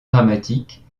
dramatique